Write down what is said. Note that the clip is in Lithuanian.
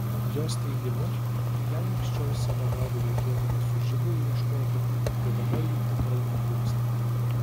jos teigimu jei anksčiau savanorių reikėdavo su žiburiu ieškoti tai dabar jų tikrai netrūksta